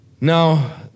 Now